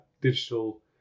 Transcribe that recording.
digital